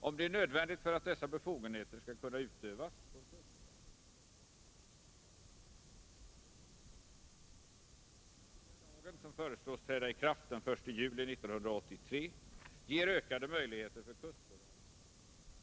Om det är nödvändigt för att dessa befogenheter skall kunna utövas, får kustbevakningen stoppa och visitera fartyg eller inbringa det till svensk hamn. Den nya lagen, som föreslås träda i kraft den 1 juli 1983, ger ökade möjligheter för kustbevakningen att ingripa vid överträdelse mot fiskebestämmelserna.